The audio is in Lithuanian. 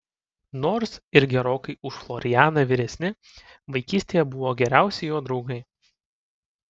nors ir gerokai už florianą vyresni vaikystėje buvo geriausi jo draugai